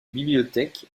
bibliothèque